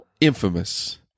Infamous